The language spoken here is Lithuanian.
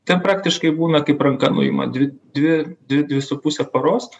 ten praktiškai būna kaip ranka nuima dvi dvi dvi dvi su puse paros